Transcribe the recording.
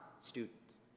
students